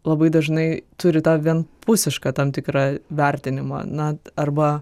labai dažnai turi tą vienpusišką tam tikrą vertinimą na arba